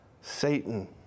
Satan